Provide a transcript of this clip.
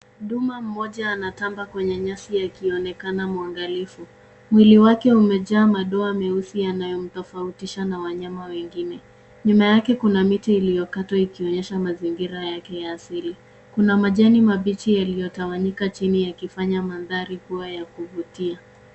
Nduma mmoja anatamba kwenye nyasi akionekana mwangalifu. Mwili wake umejaa madoa meusi yanayomtofautisha na wanyama wengine. Nyuma yake kuna miti iliyokatwa ikionyesha mazingira yake ya asili. Kuna majani mabichi yaliyotawanyika chini yakifanya mandhari kuwa ya kuvutia.